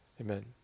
Amen